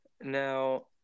Now